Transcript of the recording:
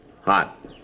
Hot